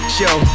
show